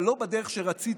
אבל לא בדרך שרציתם.